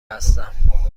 هستم